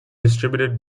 distributed